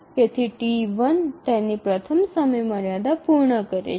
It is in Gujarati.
તેથી T1 તેની પ્રથમ સમયમર્યાદા પૂર્ણ કરે છે